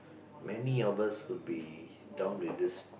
many of us would be down with this